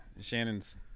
Shannon's